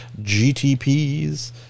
GTPs